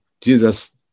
Jesus